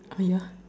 ah yeah